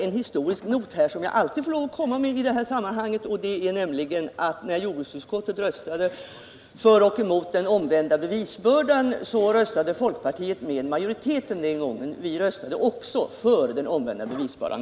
En historisk not som jag alltid får komma med i detta sammanhang är den att när jordbruksutskottet röstade om den omvända bevisbördan, så röstade folkpartiet med majoriteten. Vi röstade alltså för den omvända bevisbördan.